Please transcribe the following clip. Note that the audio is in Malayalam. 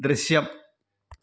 ദൃശ്യം